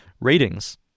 ratings